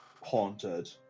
haunted